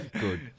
good